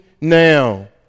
now